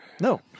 No